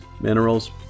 minerals